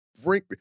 Bring